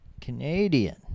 Canadian